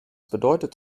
bedeutet